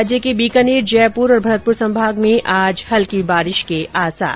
राज्य के बीकानेर जयपुर और भरतपुर संभाग में आज हल्की बारिश के आसार